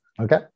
Okay